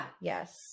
yes